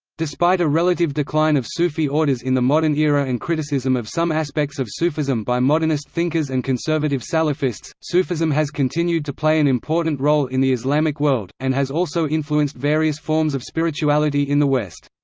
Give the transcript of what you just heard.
despite a relative decline of sufi orders in the modern era and criticism of some aspects of sufism by modernist thinkers and conservative salafists, sufism has continued to play an important role in the islamic islamic world, and has also influenced various forms of spirituality in the west.